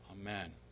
Amen